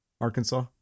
Arkansas